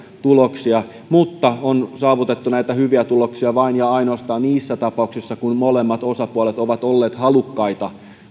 tuloksia mutta näitä hyviä tuloksia on saavutettu vain ja ainoastaan niissä tapauksissa kun molemmat osapuolet ovat olleet halukkaita